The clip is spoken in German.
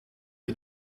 die